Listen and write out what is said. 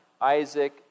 Isaac